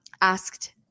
asked